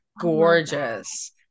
gorgeous